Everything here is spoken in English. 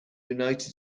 united